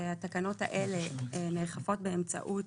התקנות האלה נאכפות באמצעות,